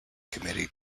committee